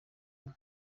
imwe